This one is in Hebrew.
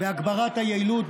בהגברת היעילות,